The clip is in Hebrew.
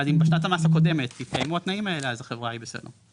ואז אם בשנת המס הקודמת התקיימו התנאים האלה אז החברה היא בסדר.